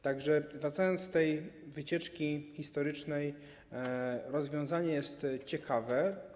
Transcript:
Tak że wracając z tej wycieczki historycznej: rozwiązanie jest ciekawe.